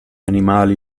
animali